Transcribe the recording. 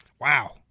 Wow